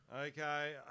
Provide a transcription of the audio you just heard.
Okay